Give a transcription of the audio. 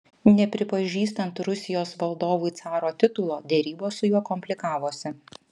nepripažįstant rusijos valdovui caro titulo derybos su juo komplikavosi